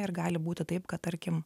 ir gali būti taip kad tarkim